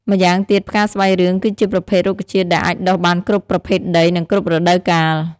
ម្យ៉ាងទៀតផ្កា ស្បៃរឿងគឺជាប្រភេទរុក្ខជាតិដែលអាចដុះបានគ្រប់ប្រភេទដី និងគ្រប់រដូវកាល។